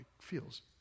feels